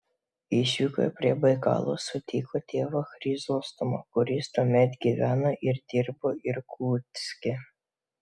išvykoje prie baikalo sutiko tėvą chrizostomą kuris tuomet gyveno ir dirbo irkutske